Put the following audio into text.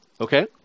Okay